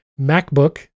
MacBook